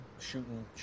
shooting